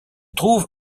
trouve